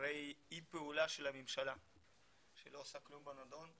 אחרי אי פעולה של הממשלה שלא עושה כלום בנדון,